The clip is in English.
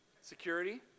Security